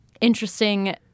interesting